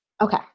Okay